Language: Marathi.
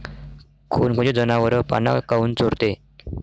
कोनकोनचे जनावरं पाना काऊन चोरते?